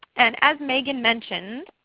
and as megan mentioned,